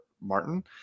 Martin